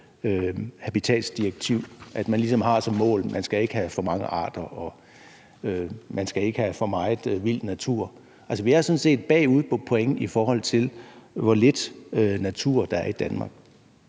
habitatsdirektiv, at man ligesom har som mål, at man ikke skal have for mange arter, og at man ikke skal have for meget vild natur. Vi er sådan set bagud på point, i forhold til hvor lidt natur der er i Danmark.